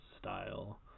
style